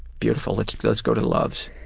beautiful, let's let's go to loves.